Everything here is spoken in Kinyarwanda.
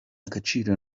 agaciro